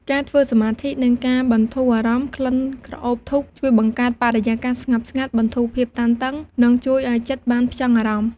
ការធ្វើសមាធិ និងការបន្ធូរអារម្មណ៍ ក្លិនក្រអូបធូបជួយបង្កើតបរិយាកាសស្ងប់ស្ងាត់ បន្ធូរភាពតានតឹង និងជួយឱ្យចិត្តបានផ្ចង់អារម្មណ៍។